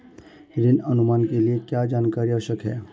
ऋण अनुमान के लिए क्या जानकारी आवश्यक है?